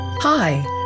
Hi